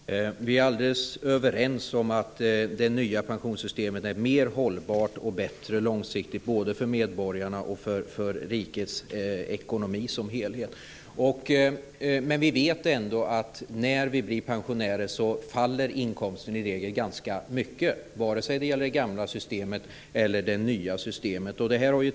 Fru talman! Vi är alldeles överens om att det nya pensionssystemet är mer hållbart och mer långsiktigt både för medborgarna och för rikets ekonomi som helhet. Men vi vet ändå att när vi blir pensionärer faller inkomsten i regel ganska mycket, vare sig det gäller det gamla systemet eller det nya systemet.